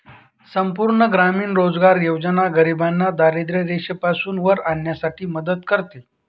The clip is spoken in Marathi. संपूर्ण ग्रामीण रोजगार योजना गरिबांना दारिद्ररेषेपासून वर आणण्यासाठी मदत करते